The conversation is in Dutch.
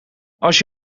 als